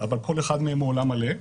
אבל כל אחד מהם הוא עולם מלא,